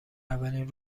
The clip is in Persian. اولین